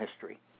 history